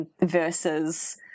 versus